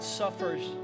suffers